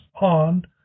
on